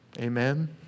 Amen